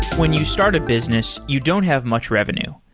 when you start a business, you don't have much revenue.